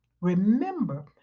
Remember